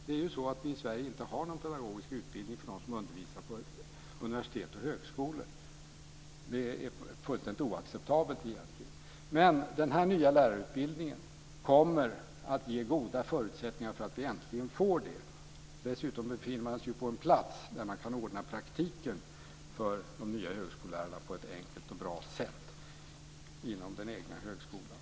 Vi har ju i Sverige inte någon pedagogisk utbildning för dem som undervisar på universitet och högskolor, något som egentligen är fullständigt oacceptabelt. Den nya lärarutbildningen kommer dock att ge goda förutsättningar för att vi äntligen ska få en sådan pedagogisk utbildning. Dessutom är den förlagd till en plats där man kan ordna praktiken för de nya högskolelärarna på ett enkelt och bra sätt inom den egna högskolan.